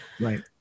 Right